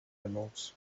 emeralds